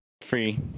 Free